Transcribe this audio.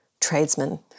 tradesmen